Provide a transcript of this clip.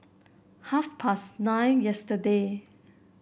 half past nine yesterday